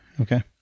Okay